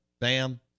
bam